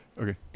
Okay